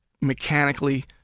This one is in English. mechanically